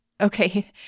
Okay